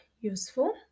useful